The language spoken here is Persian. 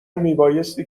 میبایستی